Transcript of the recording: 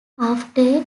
after